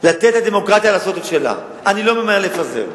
לתת לדמוקרטיה לעשות את שלה, אני לא ממהר לפזר.